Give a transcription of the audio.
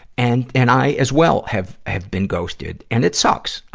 and, and i as well have, have been ghosted. and it sucks,